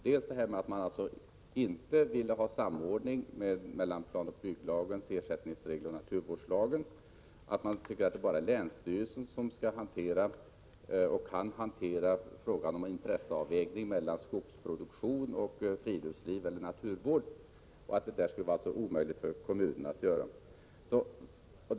Dels vill folkpartiet inte ha samordning mellan planoch bygglagens ersättningsregler och naturvårdslagens, dels tycker man att det bara är länsstyrelsen som kan och skall hantera frågan om en intresseavvägning mellan skogsproduktion och friluftsliv eller naturvård; det skulle vara omöjligt för kommunerna att göra den avvägningen.